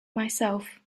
myself